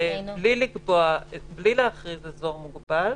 בלי להכריז אזור מוגבל,